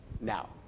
now